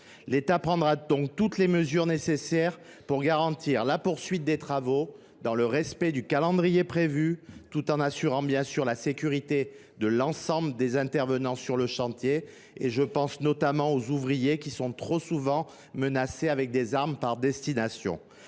L’État prendra donc toutes les mesures nécessaires pour garantir la poursuite des travaux, dans le respect du calendrier prévu, tout en assurant, bien sûr, la sécurité de l’ensemble des professionnels intervenant sur le chantier. Je pense notamment aux ouvriers, qui sont trop souvent menacés avec des armes par destination.